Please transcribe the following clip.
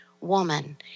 woman